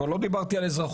כבר לא דיברתי על אזרחות,